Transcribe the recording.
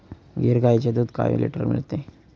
गीर गाईचे दूध काय लिटर मिळते?